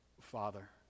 Father